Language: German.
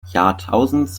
jahrtausends